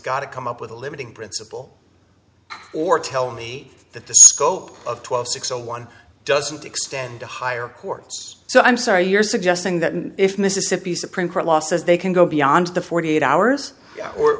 got to come up with a limiting principle or tell me that the scope of twelve six zero one doesn't extend to higher courts so i'm sorry you're suggesting that if mississippi supreme court law says they can go beyond the forty eight hours or